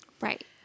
Right